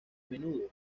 menudo